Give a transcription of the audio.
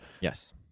yes